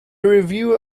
review